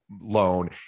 loan